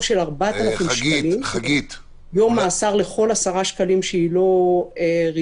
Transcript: של 4,000 שקלים יום מאסר עבור כל 10 שקלים שהיא לא ריצתה,